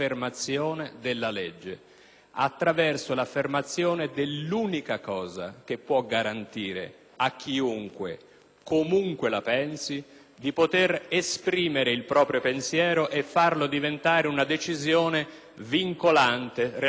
attraverso l'affermazione dell'unica cosa che può garantire a chiunque, comunque la pensi, di potere esprimere il proprio pensiero e farlo diventare una decisione vincolante relativamente alla qualità e alla dignità